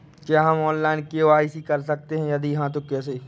क्या हम online KYC कर सकते हैं यदि हाँ तो कैसे?